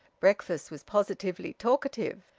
breakfast was positively talkative,